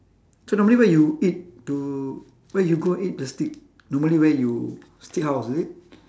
so normally where you eat to where you go eat the steak normally where you steakhouse is it